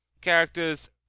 Characters